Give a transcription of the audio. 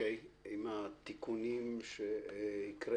פה אחד הצעת תקנות